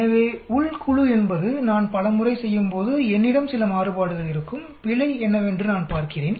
எனவே உள் குழு என்பது நான் பல முறை செய்யும்போது என்னிடம் சில மாறுபாடுகள் இருக்கும் பிழை என்னவென்று நான் பார்க்கிறேன்